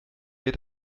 ihr